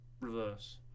reverse